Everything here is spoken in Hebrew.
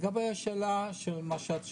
לגבי מה שאת שואלת,